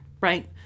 right